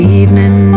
evening